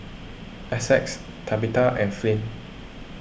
Essex Tabetha and Flint